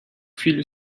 filho